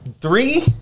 Three